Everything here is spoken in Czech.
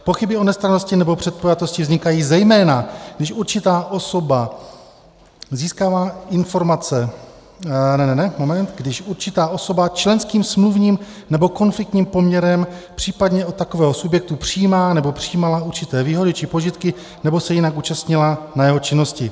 Pochyby o nestrannosti nebo předpojatosti vznikají zejména, když určitá osoba získává informace ne, moment když určitá osoba členským, smluvním nebo konfliktním poměrem případně od takového subjektu přijímá nebo přijímala určité výhody či požitky nebo se jinak účastnila na jeho činnosti.